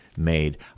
made